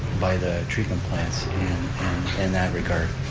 by the treatment plants in that regard.